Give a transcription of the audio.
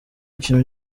kintu